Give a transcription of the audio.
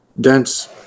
dense